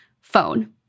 phone